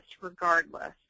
regardless